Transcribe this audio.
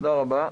תודה רבה.